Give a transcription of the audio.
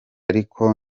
ariko